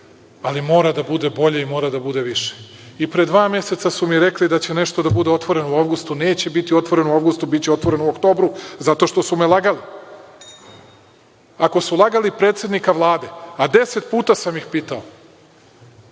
ali mora da bude bolje i mora da bude više. Pre dva meseca su mi rekli da će nešto da bude otvoreno u avgustu. Neće biti otvoreno u avgustu, biće otvoreno u oktobru, zato što su me lagali. Ako su lagali predsednika Vlade, a deset puta sam ih pitao,